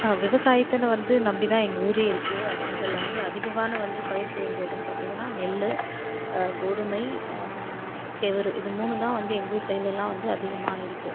விவசாயத்தன்னு வந்து நம்பி தான் எங்கள் ஊரே இருக்கு அதில் வந்து அதிகமான வந்து பயிர் செய்யறது எதுன்னு பார்த்திங்கன்னா நெல் கோதுமை கேவரு இது மூணும் தான் வந்து எங்கள் ஊர் சைடுலயெல்லாம் வந்து அதிகமாக இருக்கு